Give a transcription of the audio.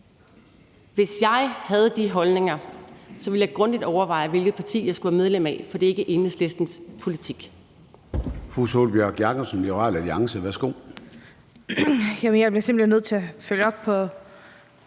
Hvis jeg havde de holdninger, ville jeg grundigt overveje, hvilket parti jeg skulle være medlem af, for det er ikke Enhedslistens politik.